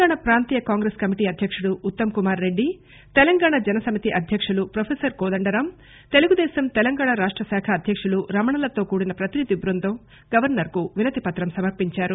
తెలంగాణ ప్రాంతీయ కాంగ్రెస్ కమిటీ అధ్యక్షుడు ఉత్తమ్ కుమార్ రెడ్డి తెలంగాణ జనసమితి అధ్యకులు ప్రొఫెసర్ కోదండరాం తెలుగుదేశం తెలంగాణ రాష్ట శాఖ అధ్యకులు రమణలతో కూడిన ప్రతినిధి బృందం గవర్నర్ కు వినతిపత్రం సమర్పించారు